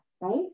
right